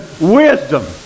wisdom